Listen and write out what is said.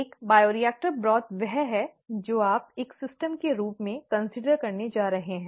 एक bioreactor broth वह है जो आप एक सिस्टम के रूप में विचार करने जा रहे हैं